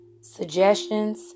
suggestions